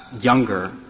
younger